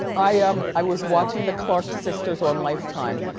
i um i was watching the clark sisters on lifetime.